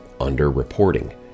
Underreporting